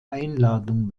einladung